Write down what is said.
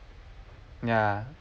ya